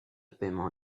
paiement